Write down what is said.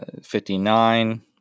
59